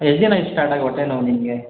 ಎಷ್ಟು ದಿನಾಯ್ತು ಸ್ಟಾರ್ಟಾಗಿ ಹೊಟ್ಟೆ ನೋವು ನಿನಗೆ